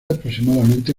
aproximadamente